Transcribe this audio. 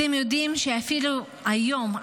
אתם יודעים שאפילו היום,